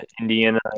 Indiana